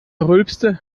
rülpste